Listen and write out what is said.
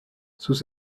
sus